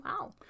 Wow